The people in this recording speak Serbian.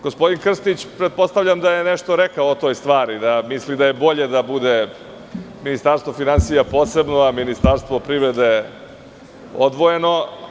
Gospodin Krstić pretpostavljam da je nešto rekao o toj stvari da misli da je bolje da bude Ministarstvo finansija posebno, a Ministarstvo privrede odvojeno.